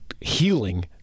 healing